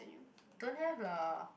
don't have lah